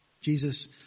Jesus